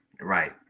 right